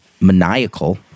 maniacal